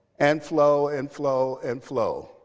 and flow, and flow, and flow.